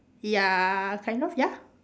ya kind of ya